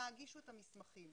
נא הגישו את המסמכים.